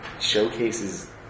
showcases